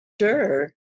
Sure